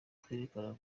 twerekana